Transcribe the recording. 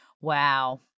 Wow